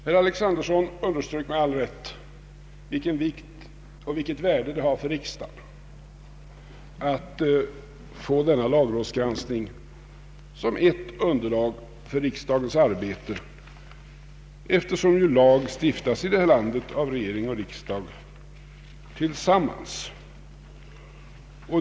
Herr Alexanderson underströk med all rätt vilken vikt och vilket värde det har för riksdagen att få denna lagrådsgranskning som ett underlag för riksdagens arbete, eftersom ju lag stiftas i detta land av regering och riksdag tillsammans.